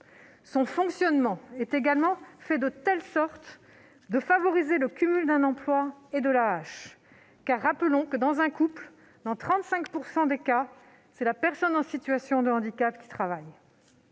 Son fonctionnement est également fait pour favoriser le cumul d'un emploi et de l'AAH. Car rappelons que, dans 35 % des couples, c'est la personne en situation de handicap qui travaille.